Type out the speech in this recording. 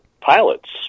pilots